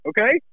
Okay